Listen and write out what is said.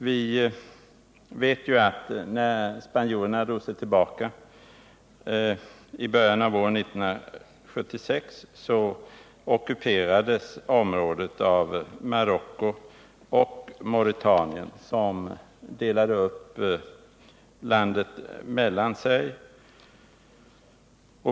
Vi vet ju att när spanjorerna drog sig tillbaka i början av år 1976 ockuperades området av Marocko och Mauretanien, som delade upp landet mellan sig.